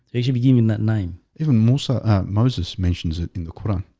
usually be given that name even moshe moses mentions it in the quran,